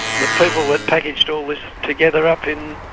the people that packaged all this together up in,